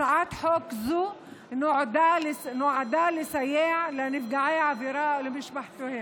הצעת חוק זו נועדה לסייע לנפגעי עבירה ולמשפחותיהם.